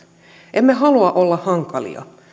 emme halua olla hankalia